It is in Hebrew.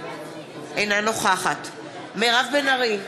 אינה נוכחת מירב בן ארי,